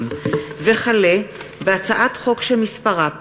חברי הכנסת, הצעת חוק שירות המדינה